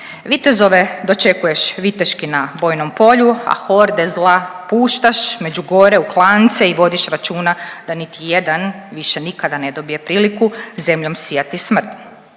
Vitezove dočekuješ viteški na bojnom polju, a horde zla puštaš među gore u klance i vodiš računa da niti jedan više nikada ne dobije priliku zemljom sijati smrt.